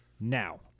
now